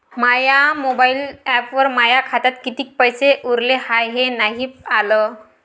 माया mobile ॲपवर माया खात्यात किती पैसे उरले हाय हे नाही आलं